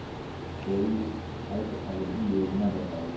कोई अल्प अवधि योजना बताऊ?